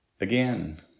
Again